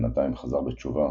שבינתיים חזר בתשובה,